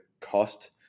cost